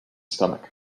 stomach